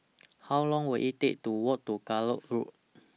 How Long Will IT Take to Walk to Gallop Road